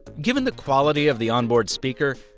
given the quality of the onboard speaker,